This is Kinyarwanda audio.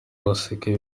baseke